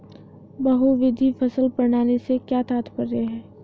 बहुविध फसल प्रणाली से क्या तात्पर्य है?